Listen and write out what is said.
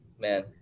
man